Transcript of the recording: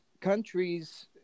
countries